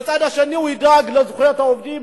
בצד השני הוא ידאג לזכויות העובדים?